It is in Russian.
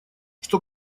что